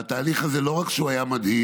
והתהליך הזה, לא רק שהוא היה מדהים,